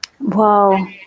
Wow